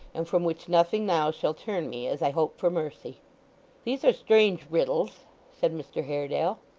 and from which nothing now shall turn me, as i hope for mercy these are strange riddles said mr haredale.